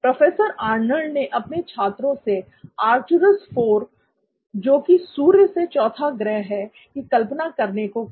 professor Arnold ने अपने छात्रों से आर्कटूरूस IV जो कि सूर्य से चौथा ग्रह है की कल्पना करने को कहा